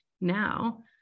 now